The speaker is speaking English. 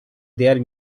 their